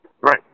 Right